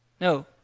No